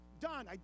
Done